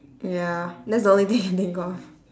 ya that's the only thing I can think of